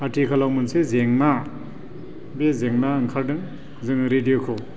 आथिखालाव मोनसे जेंना बे जेंना ओंखारदों जों रेदिय'खौ